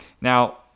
Now